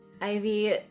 Ivy